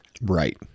right